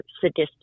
sadistic